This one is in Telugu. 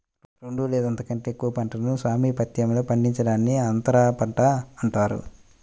రెండు లేదా అంతకంటే ఎక్కువ పంటలను సామీప్యతలో పండించడాన్ని అంతరపంట అంటారు